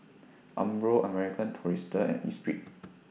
Umbro American Tourister and Esprit